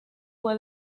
fue